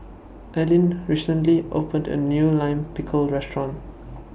Aline recently opened A New Lime Pickle Restaurant